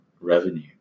revenue